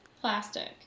plastic